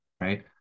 Right